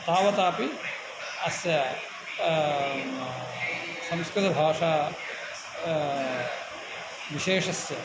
तावतापि अस्य संस्कृतभाषा विशेषस्य